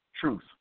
truth